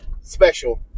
special